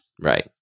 Right